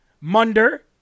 Munder